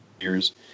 years